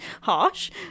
Harsh